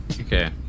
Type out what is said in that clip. Okay